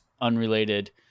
unrelated